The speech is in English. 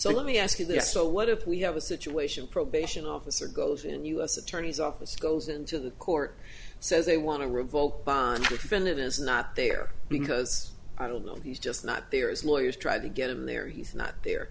so let me ask you this so what if we have a situation probation officer goes in u s attorney's office goes into the court says they want to revoke your friend that is not there because i don't know he's just not there as lawyers try to get him there he's not there